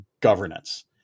Governance